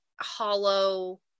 hollow